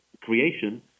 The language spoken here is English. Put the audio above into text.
creation